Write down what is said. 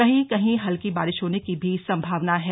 कहीं कहीं हल्की बारिश होने की भी संभावना है